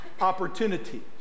opportunities